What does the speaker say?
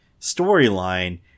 storyline